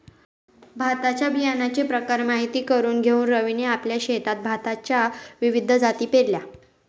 भाताच्या बियाण्याचे प्रकार माहित करून घेऊन रवीने आपल्या शेतात भाताच्या विविध जाती पेरल्या